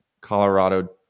Colorado